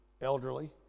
Elderly